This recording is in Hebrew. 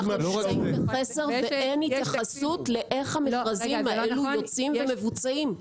אנחנו נמצאים בחסר ואין התייחסות לאיך המכרזים האלה יוצאים ומבוצעים.